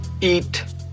Eat